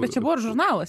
bet čia buvo ir žurnalas